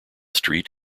street